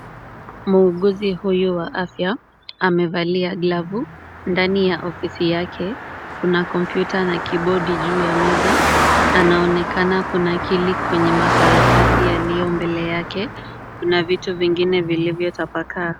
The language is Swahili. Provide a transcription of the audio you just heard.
Muuguzi huyu wa afya amevalia glavu. Ndani ya ofisi yake kuna kompyuta na kibodi juu ya meza. Anaonekana kunakili kwenye makaratasi yaliyo mbele yake na vitu vingine vilivyotapakaa.